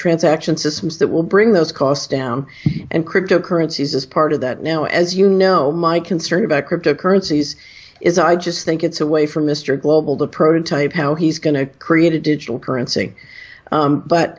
transfer action systems that will bring those costs down and crypto currencies as part of that now as you know my concern about crypto currencies is i just think it's a way for mr global to prototype how he's going to create a digital currency